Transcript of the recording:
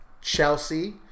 Chelsea